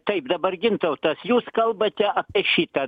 taip dabar gintautas jūs kalbate apie šitą